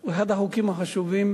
הוא אחד החוקים החשובים